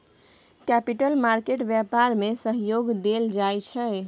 capital market व्यापार में सहयोग देल जाइ छै